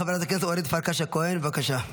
חברת הכנסת אורית פרקש הכהן, בבקשה.